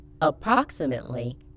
Approximately